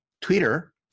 Twitter